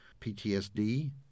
PTSD